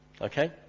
Okay